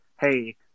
hey